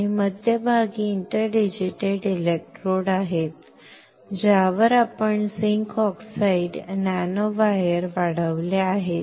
आणि मध्यभागी interdigitated electrode आहेत ज्यावर आपण झिंक ऑक्साईड नॅनोवायर वाढवले आहेत